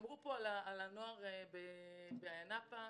אמרו פה על הנוער באיה נאפה.